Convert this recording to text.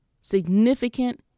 significant